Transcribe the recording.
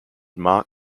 mark